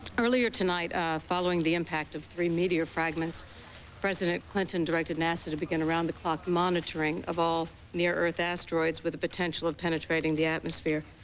earlier tonight following the impact of three meteor fragments president clinton dicted nasa to begin around-the-clock monitoring of all near-earth asteroids with a potential of penetrating the atmosphere.